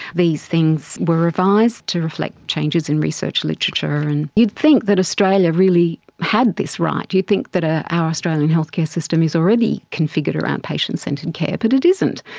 these things were revised to reflect changes in research literature. and you'd think that australia really had this right, you'd think that ah our australian healthcare system is already configured around patient-centred care, but it isn't.